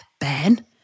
Ben